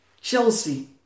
Chelsea